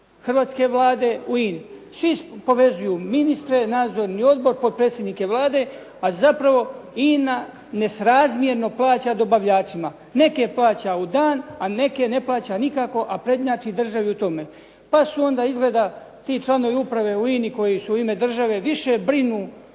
hrvatske Vlade u INA-i. Svi povezuju ministre, nadzorni odbor, potpredsjednike Vlade, a zapravo INA nerazmjerno plaća dobavljačima, neke plaća u dan a neke ne plaća nikako a prednjači državi u tome. Pa su onda izgleda ti članovi uprave u INA-i koji su u ime države više brinu